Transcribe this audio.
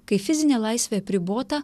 kai fizinė laisvė apribota